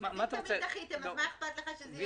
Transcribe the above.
אם תמיד דחיתם, אז מה אכפת לך שיהיה כתוב בחוק?